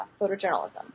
photojournalism